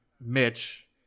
Mitch